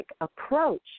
approach